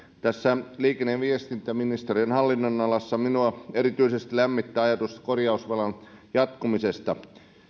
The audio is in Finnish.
tässä liikenne ja viestintäministeriön hallinnonalassa minua erityisesti lämmittää ajatus korjausvelkaohjelman jatkumisesta